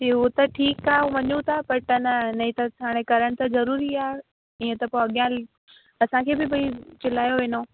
जी हो त ठीकु आहे मञू था पर टन नई त हाणे करण त ज़रूरी आहे ईअं त पोइ अॻियां असांखे बि भाई चिलायो वेंदो